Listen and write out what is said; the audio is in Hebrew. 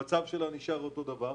המצב שלה נשאר אותו דבר.